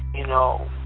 you know,